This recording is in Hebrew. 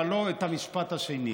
אבל לא את המשפט השני.